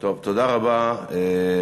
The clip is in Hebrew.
תודה רבה.